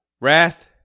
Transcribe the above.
wrath